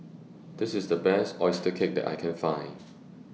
This IS The Best Oyster Cake that I Can Find